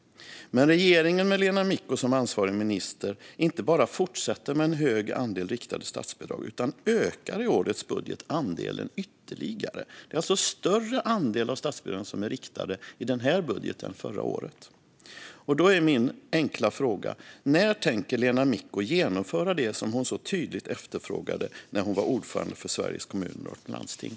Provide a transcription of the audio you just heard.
Men regeringen, med Lena Micko som ansvarig minister, inte bara fortsätter med en hög andel riktade statsbidrag utan ökar i årets budget andelen ytterligare. Det är alltså större andel av statsbidragen som är riktade i den här budgeten än i förra årets. Då är min enkla fråga: När tänker Lena Micko genomföra det som hon så tydligt efterfrågade när hon var ordförande för Sveriges Kommuner och Landsting?